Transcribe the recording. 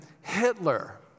Hitler